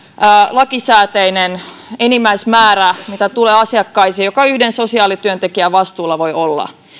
lakisääteinen enimmäismäärä mitä tulee asiakkaisiin jotka yhden sosiaalityöntekijän vastuulla voivat olla